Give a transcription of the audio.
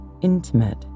intimate